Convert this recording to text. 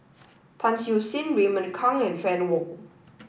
Tan Siew Sin Raymond Kang and Fann Wong